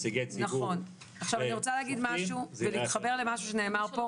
ואני רוצה להגיד משה ו ולהתחבר למה שנאמר פה,